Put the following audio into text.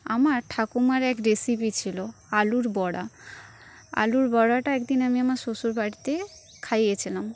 আমার ঠাকুমার এক রেসিপি ছিল আলুর বড়া আলুর বড়াটা একদিন আমি আমার শ্বশুরবাড়িতে খাইয়েছিলাম